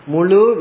Mulu